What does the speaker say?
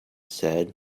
said